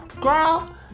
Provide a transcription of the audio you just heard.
girl